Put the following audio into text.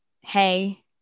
hey